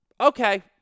Okay